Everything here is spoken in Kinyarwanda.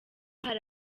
hari